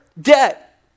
debt